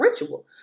ritual